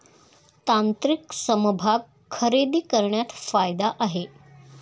तांत्रिक समभाग खरेदी करण्यात फायदा आहे